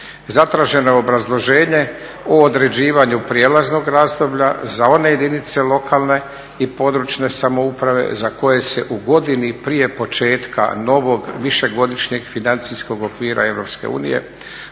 Zatraženo je obrazloženje o određivanju prijelaznog razdoblja za one jedinice lokalne i područne samouprave za koje se u godini prije početka novog višegodišnjeg financijskog okvira